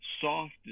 soft